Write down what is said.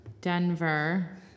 Denver